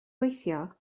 gweithio